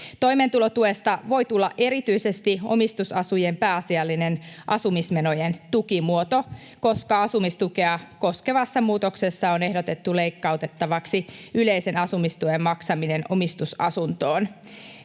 Toimeentulotuesta voi tulla erityisesti omistusasujien pääasiallinen asumismenojen tukimuoto, koska asumistukea koskevassa muutoksessa on ehdotettu leikkautettavaksi yleisen asumistuen maksaminen omistusasuntoon.